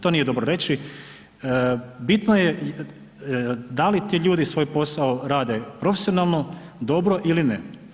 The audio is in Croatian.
To nije dobro reći, bitno je da li ti ljudi svoj posao rade profesionalno, dobro ili ne.